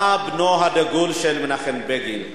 אתה בנו הדגול של מנחם בגין,